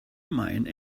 mine